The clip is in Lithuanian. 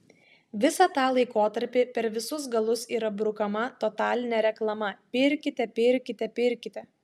visą tą laikotarpį per visus galus yra brukama totalinė reklama pirkite pirkite pirkite